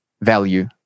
value